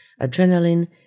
adrenaline